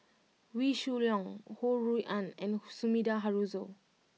Wee Shoo Leong Ho Rui An and Sumida Haruzo